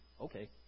okay